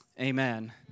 amen